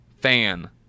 fan